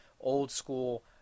old-school